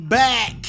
back